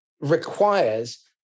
requires